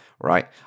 right